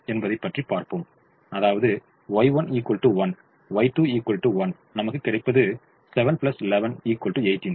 என்பதை பார்ப்போம் அதாவது Y1 1 Y2 1 நமக்குத் கிடைப்பது 7 11 18